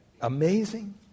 amazing